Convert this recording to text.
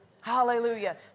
Hallelujah